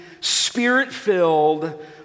spirit-filled